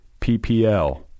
ppl